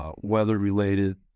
Weather-related